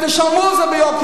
חברת הכנסת